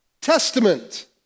Testament